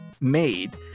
made